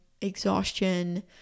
exhaustion